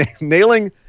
Nailing